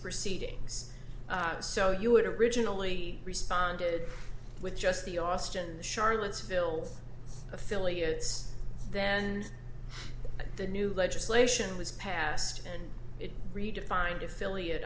proceedings so you would originally responded with just the austin charlottesville affiliates then the new legislation was passed redefined affiliate